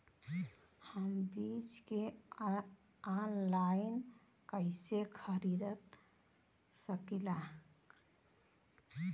हम बीज के आनलाइन कइसे खरीद सकीला?